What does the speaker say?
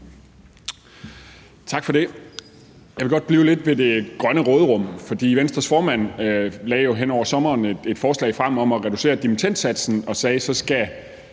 Tak for det. Jeg vil godt blive lidt ved det grønne råderum, for Venstres formand lagde jo hen over sommeren et forslag frem om at reducere dimittendsatsen og sagde, at så skulle